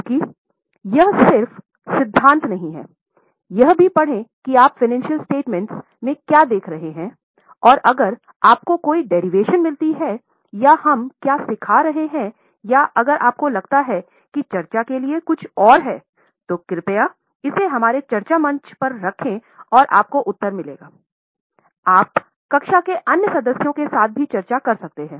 क्योंकि यह सिर्फ सिद्धांत नहीं है यह भी पढ़ें कि आप वित्तीय मिलती है या हम क्या सिखा रहे हैं या अगर आपको लगता है कि चर्चा के लिए कुछ और है तो कृपया इसे हमारे चर्चा मंच पर रखें और आपको उत्तर मिलेंगे आप कक्षा के अन्य सदस्यों के साथ भी चर्चा कर सकते हैं